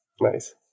nice